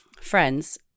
friends